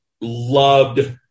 loved